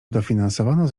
dofinansowano